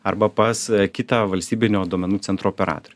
arba pas kitą valstybinio duomenų centro operatorių